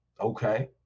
okay